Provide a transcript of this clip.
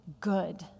good